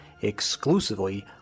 exclusively